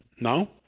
No